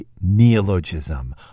neologism